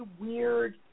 weird